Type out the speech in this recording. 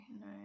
no